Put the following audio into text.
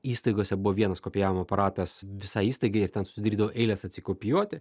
įstaigose buvo vienas kopijavimo aparatas visai įstaigai ir ten susidarydavo eilės atsikopijuoti